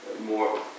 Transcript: more